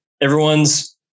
everyone's